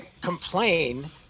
complain